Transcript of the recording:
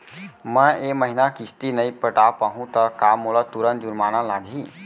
मैं ए महीना किस्ती नई पटा पाहू त का मोला तुरंत जुर्माना लागही?